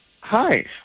hi